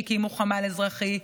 שהקימו חמ"ל אזרחי,